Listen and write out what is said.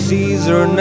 Caesar